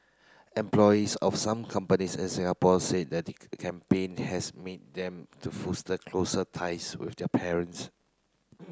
employees of some companies in Singapore said that campaign has meet them to foster closer ties with their parents